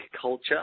culture